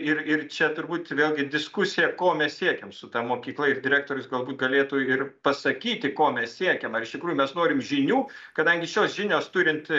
ir ir čia turbūt vėlgi diskusija ko mes siekiam su ta mokykla ir direktorius galbūt galėtų ir pasakyti ko mes siekiam ar iš tikrųjų mes norim žinių kadangi šios žinios turint